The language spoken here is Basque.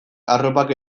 arropak